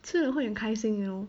吃了会很开心 you know